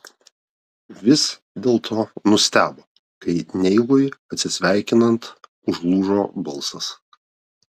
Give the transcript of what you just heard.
vis dėlto nustebo kai neilui atsisveikinant užlūžo balsas